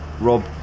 Rob